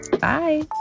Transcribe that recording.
Bye